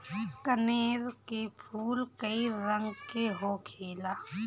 कनेर के फूल कई रंग के होखेला